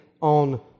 on